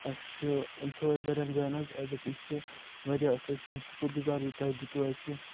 اَسہِ چھُ أمۍ تھوٚو اَسہِ واریاہن جاین حظ عٮ۪زتھ یہِ چھُ واریاہ اَصٕل أسۍ چھِ تُہُند شُکُر گُزار یہِ تۄہہِ دِتوٗ اَسہِ یہِ